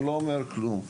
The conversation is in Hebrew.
אני לא אומר כלום.